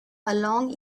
along